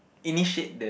initiate the